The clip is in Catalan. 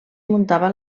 muntava